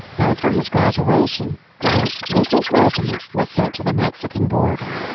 after his graduation, grant, with his regiment, was sent to the mexican border.